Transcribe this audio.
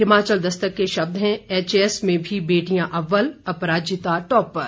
हिमाचल दस्तक के शब्द हैं एचएएस में भी बेटियां अव्वल अपराजिता टॉपर